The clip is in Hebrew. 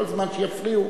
כל זמן שיפריעו,